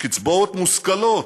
בקצבאות מושכלות,